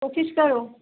کوشش کڑو